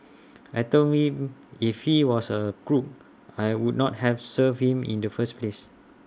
I Told him if he was A crook I would not have served him in the first place